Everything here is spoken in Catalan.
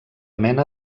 mena